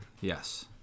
Yes